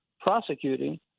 prosecuting